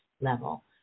level